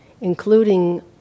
including